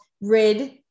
rid